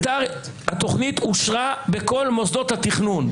התוכנית אושרה בכל מוסדות התכנון.